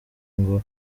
ngo